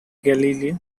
galilee